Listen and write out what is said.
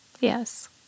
Yes